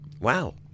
Wow